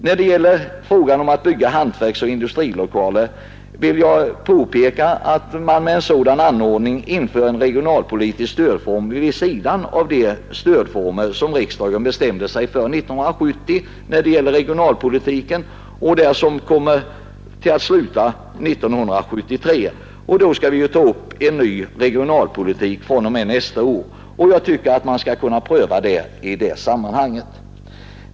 När det gäller frågan om att bygga hantverksoch industrilokaler vill jag påpeka att man därmed inför en regionalpolitisk stödform vid sidan av de stödformer som riksdagen bestämde sig för när den 1970 tog beslutet om regionalpolitiken fram till 1973. Vi skall alltså besluta om ett nytt regionalpolitiskt program nästa år, och jag tycker man skall kunna pröva denna fråga i det sammanhanget.